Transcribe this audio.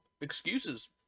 excuses